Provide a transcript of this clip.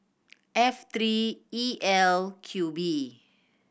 F three E L Q B